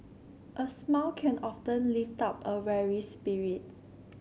a smile can often lift up a weary spirit